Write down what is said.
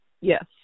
Yes